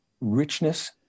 richness